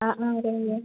ആ ആരാണ് ഉള്ളത്